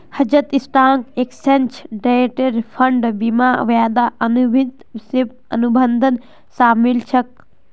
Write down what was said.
हेजत stock, exchange traded fund, बीमा, वायदा अनुबंध, स्वैप, अनुबंध शामिल छेक